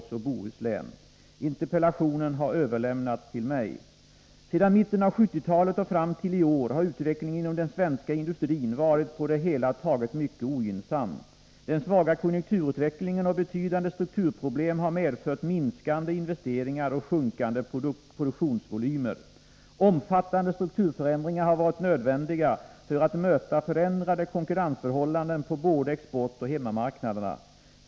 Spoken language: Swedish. Sedan mitten av 1970-talet och fram till i år har utvecklingen inom den svenska industrin varit på det hela taget mycket ogynnsam. Den svaga konjunkturutvecklingen och betydande strukturproblem har medfört minskande investeringar och sjunkande produktionsvolymer. Omfattande strukturförändringar har varit nödvändiga för att möta förändrade konkurrensförhållanden på både exportoch hemmamarknaderna.